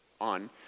on